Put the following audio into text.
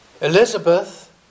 Elizabeth